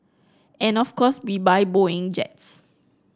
and of course we buy Boeing jets